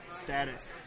status